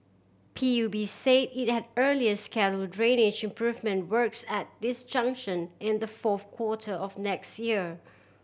P U B say it had earlier schedule drainage improvement works at this junction in the fourth quarter of next year